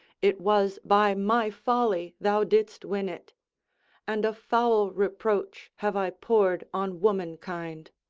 it was by my folly thou didst win it and a foul reproach have i poured on womankind.